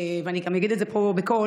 ואני גם אגיד את זה פה בקול,